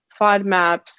FODMAPs